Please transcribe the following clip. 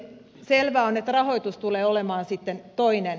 selvää on että rahoitus tulee olemaan sitten toinen